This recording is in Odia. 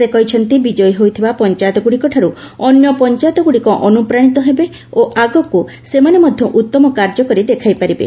ସେ କହିଛନ୍ତି ବିଜୟୀ ହୋଇଥିବା ପଞ୍ଚାୟତଗୁଡ଼ିକଠାରୁ ଅନ୍ୟ ପଞ୍ଚାୟତଗୁଡ଼ିକ ଅନୁପ୍ରାଶିତ ହେବେ ଓ ଆଗକୁ ସେମାନେ ମଧ୍ୟ ଉତ୍ତମ କାର୍ଯ୍ୟ କରି ଦେଖାଇ ପାରିବେ